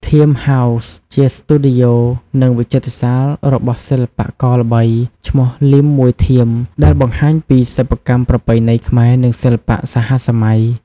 ធៀមស៍ ហោស៍ ជាស្ទូឌីយោ និងវិចិត្រសាលរបស់សិល្បករល្បី ឈ្មោះ លីម មួយធៀម ដែលបង្ហាញពីសិប្បកម្មប្រពៃណីខ្មែរ និងសិល្បៈសហសម័យ។